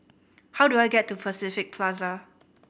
how do I get to Pacific Plaza